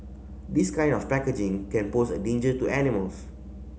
this kind of packaging can pose a danger to animals